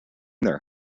their